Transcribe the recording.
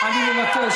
שמעת מה אמרתי?